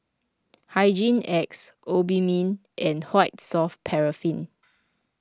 Hygin X Obimin and White Soft Paraffin